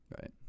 Right